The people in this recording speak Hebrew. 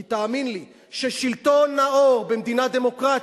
כי, תאמין לי, שלטון נאור במדינה דמוקרטית,